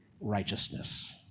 righteousness